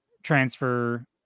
transfer